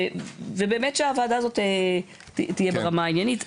ובאמת שהוועדה הזאת תהיה ברמה העניינית.